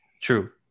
True